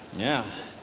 yeah.